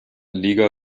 liga